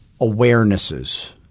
awarenesses